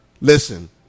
listen